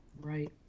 Right